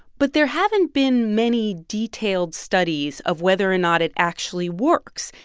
but there haven't been many detailed studies of whether or not it actually works.